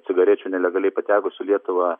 cigarečių nelegaliai patekusių į lietuva